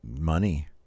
money